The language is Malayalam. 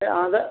ഏ അത്